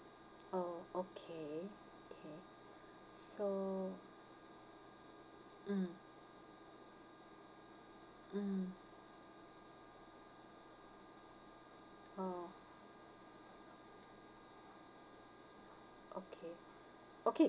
oh okay okay so mm mm oh okay okay